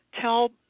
tell –